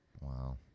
Wow